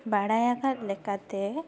ᱵᱟᱲᱟᱭᱟᱠᱟᱫ ᱞᱮᱠᱟᱛᱮ